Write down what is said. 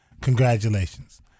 congratulations